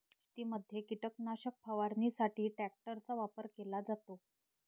शेतीमध्ये कीटकनाशक फवारणीसाठी ट्रॅक्टरचा वापर केला जातो